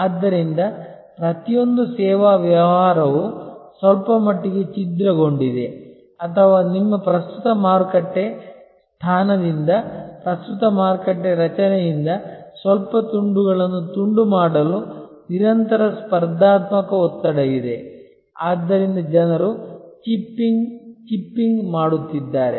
ಆದ್ದರಿಂದ ಪ್ರತಿಯೊಂದು ಸೇವಾ ವ್ಯವಹಾರವೂ ಸ್ವಲ್ಪಮಟ್ಟಿಗೆ ಚಿದ್ರಗೊಂಡಿದೆ ಅಥವಾ ನಿಮ್ಮ ಪ್ರಸ್ತುತ ಮಾರುಕಟ್ಟೆ ಸ್ಥಾನದಿಂದ ಪ್ರಸ್ತುತ ಮಾರುಕಟ್ಟೆ ರಚನೆಯಿಂದ ಸ್ವಲ್ಪ ತುಂಡುಗಳನ್ನು ತುಂಡು ಮಾಡಲು ನಿರಂತರ ಸ್ಪರ್ಧಾತ್ಮಕ ಒತ್ತಡವಿದೆ ಆದ್ದರಿಂದ ಜನರು ಮೊರೆ ಹೋಗುತ್ತಿದ್ದಾರೆ